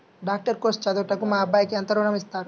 Doctor course చదువుటకు మా అబ్బాయికి ఎంత ఋణం ఇస్తారు?